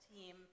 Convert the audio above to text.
team